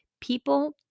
People